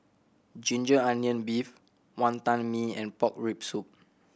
ginger onion beef Wantan Mee and pork rib soup